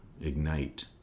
ignite